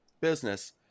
business